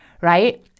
right